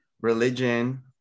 religion